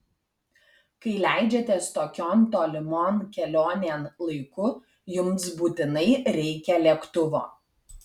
kai leidžiatės tokion tolimon kelionėn laiku jums būtinai reikia lėktuvo